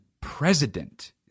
president